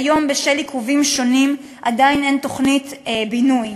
כיום, בשל עיכובים שונים, עדיין אין תוכנית בינוי.